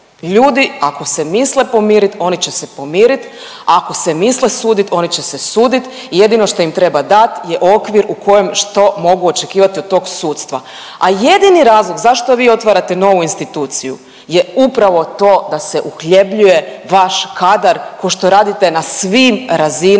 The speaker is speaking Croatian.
ljudi ako se misle pomirit oni će se pomirit, ako se misle sudit oni će se sudit, jedino što im treba dat je okvir u kojem što mogu očekivat od tog sudstva. A jedini razlog zašto vi otvarate novu instituciju je upravo to da se uhljebljuje vaš kadar košto radite na svim razinama